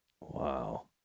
Wow